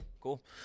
Cool